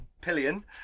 Pillion